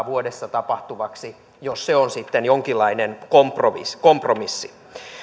vuodessa tapahtuvaksi jos se on sitten jonkinlainen kompromissi kompromissi